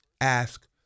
ask